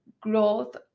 growth